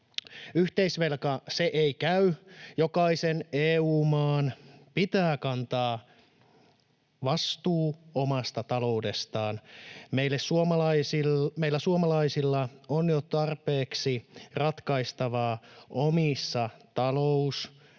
Yhteisvelka, se ei käy. Jokaisen EU-maan pitää kantaa vastuu omasta taloudestaan. Meillä suomalaisilla on jo tarpeeksi ratkaistavaa omissa talous‑,